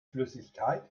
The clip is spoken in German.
flüssigkeit